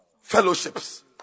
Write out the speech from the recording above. fellowships